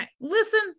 listen